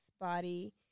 body